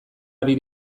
ari